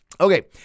Okay